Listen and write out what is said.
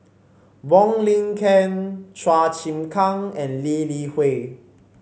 Wong Lin Ken Chua Chim Kang and Lee Li Hui